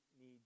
need